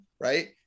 right